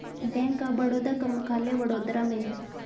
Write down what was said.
bank of Baroda का मुख्यालय वडोदरा में है